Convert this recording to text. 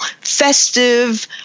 festive